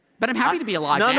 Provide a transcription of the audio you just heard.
but i'm happy to be alive!